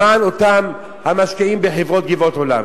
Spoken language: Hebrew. למען אותם המשקיעים בחברת "גבעות עולם".